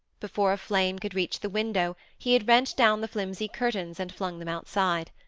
before a flame could reach the window he had rent down the flimsy curtains and flung them outside.